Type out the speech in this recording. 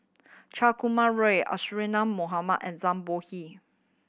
Chan Kum Roy Isadhora Mohamed and Zhang Bohe